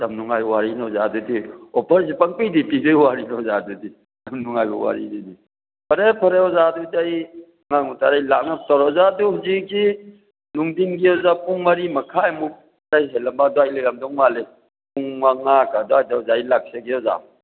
ꯌꯥꯝ ꯅꯨꯡꯥꯉꯥꯏꯕ ꯋꯥꯔꯤꯅꯤ ꯑꯣꯖꯥ ꯑꯗꯨꯗꯤ ꯑꯣꯐꯔꯁꯤ ꯄꯪꯄꯤꯗ ꯄꯤꯖꯩ ꯍꯥꯏꯔꯤꯕ꯭ꯔꯥ ꯑꯣꯖꯥ ꯑꯗꯨꯗꯤ ꯌꯥꯝ ꯅꯨꯡꯉꯥꯏꯕ ꯋꯥꯔꯤꯅꯤꯅꯦ ꯐꯔꯦ ꯐꯔꯦ ꯑꯣꯖꯥ ꯑꯗꯨꯗꯤ ꯑꯩ ꯑꯉꯥꯡ ꯃꯆꯥ ꯑꯩ ꯂꯥꯛꯅꯕ ꯇꯧꯔꯣ ꯑꯣꯖꯥ ꯑꯗꯨ ꯍꯧꯖꯤꯛꯁꯤ ꯅꯨꯡꯊꯤꯜꯒꯤ ꯑꯣꯖꯥ ꯄꯨꯡ ꯃꯔꯤ ꯃꯈꯥꯏꯃꯨꯛ ꯈꯔ ꯍꯦꯜꯂꯝꯕ ꯑꯗꯨꯋꯥꯏ ꯂꯩꯔꯝꯗꯧ ꯃꯥꯜꯂꯤ ꯄꯨꯡ ꯃꯉꯥꯒꯤ ꯑꯗꯨꯋꯥꯏꯗ ꯑꯣꯖꯥ ꯑꯩ ꯂꯥꯛꯆꯒꯦ ꯑꯣꯖꯥ